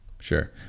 Sure